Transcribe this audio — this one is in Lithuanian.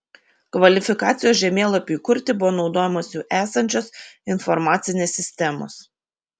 kvalifikacijos žemėlapiui kurti buvo naudojamos jau esančios informacinės sistemos